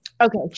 Okay